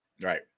Right